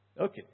Okay